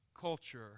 culture